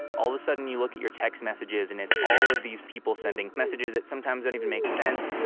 all of a sudden you look at your text messages and it's all of these people sending messages that sometimes don't even make sense